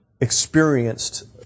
experienced